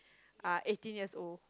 uh eighteen years old